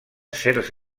certs